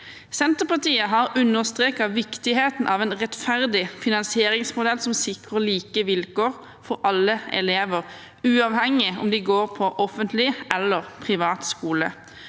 Senterpartiet har understreket viktigheten av en rettferdig finansieringsmodell som sikrer like vilkår for alle elever, uavhengig av om de går på offentlig eller privat skole.